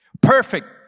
Perfect